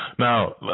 Now